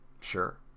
sure